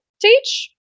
Teach